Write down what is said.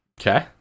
Okay